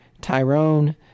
Tyrone